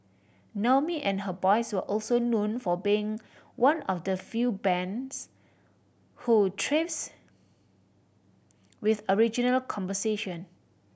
Naomi and her boys were also known for being one of the few bands who thrives with original composition